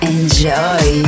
Enjoy